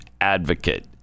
advocate